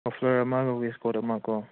muffler ꯑꯃꯒ waistcoat ꯑꯃꯀꯣ